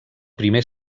primer